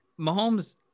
Mahomes